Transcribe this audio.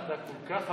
אתה כל כך,